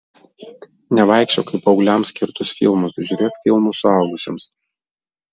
nevaikščiok į paaugliams skirtus filmus žiūrėk filmus suaugusiems